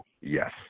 yes